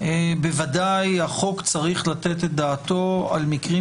בוודאי החוק צריך לתת את דעתו על מקרים